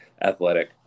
athletic